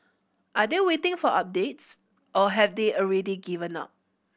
are they waiting for updates or have they already given up